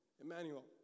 Emmanuel